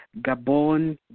Gabon